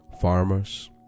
farmers